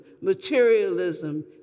materialism